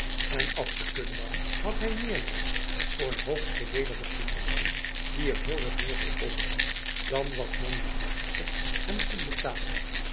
en ad secundum had hij meer nodig voor een hoogst voordelige toepassing die hem heel wat meer zou opbrengen dan wat njonja ekster hem kon betalen